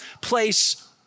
place